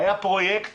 היה פרויקט